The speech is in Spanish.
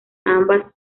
ambas